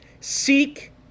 seek